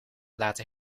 laten